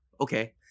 Okay